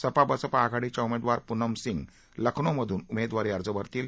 सपा बसपा आघाडीच्या उमेदवार पुनम सिंग लखनौमधून उमेदवारी अर्ज भरतील